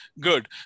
Good